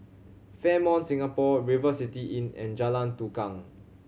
Fairmont Singapore River City Inn and Jalan Tukang